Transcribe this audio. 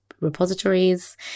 repositories